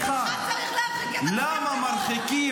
אותך גם צריך להרחיק.